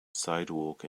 sidewalk